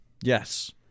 Yes